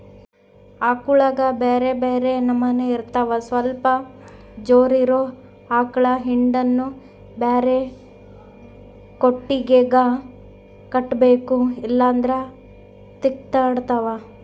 ಆಕಳುಗ ಬ್ಯೆರೆ ಬ್ಯೆರೆ ನಮನೆ ಇರ್ತವ ಸ್ವಲ್ಪ ಜೋರಿರೊ ಆಕಳ ಹಿಂಡನ್ನು ಬ್ಯಾರೆ ಕೊಟ್ಟಿಗೆಗ ಕಟ್ಟಬೇಕು ಇಲ್ಲಂದ್ರ ಕಿತ್ತಾಡ್ತಾವ